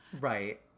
Right